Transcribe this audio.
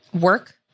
work